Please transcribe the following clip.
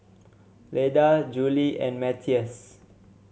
Leda Julie and Matthias